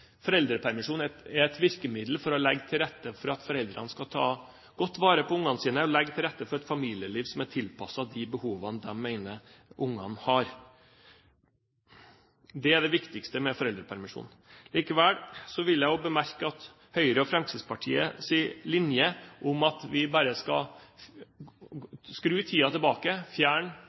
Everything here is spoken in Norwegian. er et virkemiddel for å legge til rette for at foreldrene skal ta godt vare på ungene sine, legge til rette for et familieliv som er tilpasset de behovene de mener ungene har. Det er det viktigste med foreldrepermisjonen. Likevel vil jeg også bemerke at Høyre og Fremskrittspartiets linje om at vi bare skal skru tiden tilbake,